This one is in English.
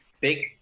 Big